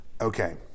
okay